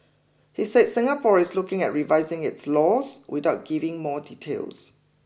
he said Singapore is looking at revising its laws without giving more details